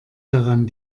daran